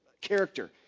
character